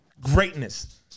Greatness